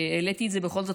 העליתי את זה בכל זאת,